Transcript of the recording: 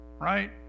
right